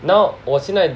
now 我现在